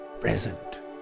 present